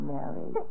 Mary